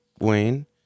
Wayne